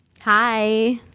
Hi